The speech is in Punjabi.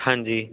ਹਾਂਜੀ